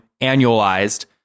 annualized